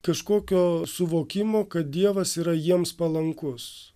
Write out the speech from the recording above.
kažkokio suvokimo kad dievas yra jiems palankus